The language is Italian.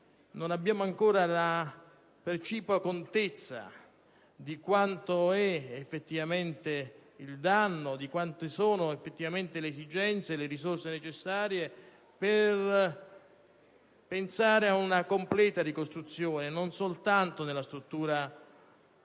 non abbiamo ancora la precipua contezza di quale sia effettivamente il danno, di quali siano le effettive esigenze e le risorse necessarie per pensare ad una completa ricostruzione, non soltanto della struttura urbana